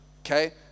okay